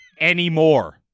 anymore